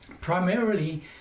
primarily